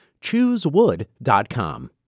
Choosewood.com